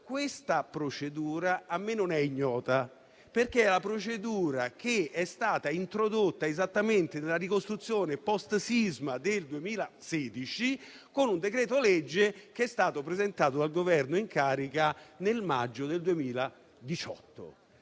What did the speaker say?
questa procedura a me non è ignota, perché è quella introdotta esattamente nella ricostruzione *post-*sisma del 2016 con un decreto-legge che è stato presentato dal Governo in carica nel maggio del 2018,